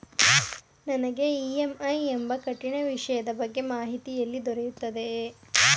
ನನಗೆ ಇ.ಎಂ.ಐ ಎಂಬ ಕಠಿಣ ವಿಷಯದ ಬಗ್ಗೆ ಮಾಹಿತಿ ಎಲ್ಲಿ ದೊರೆಯುತ್ತದೆಯೇ?